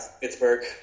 Pittsburgh